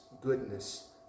goodness